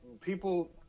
People